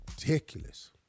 ridiculous